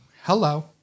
hello